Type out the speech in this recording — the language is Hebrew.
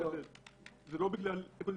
לא.